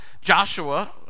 Joshua